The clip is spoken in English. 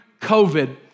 COVID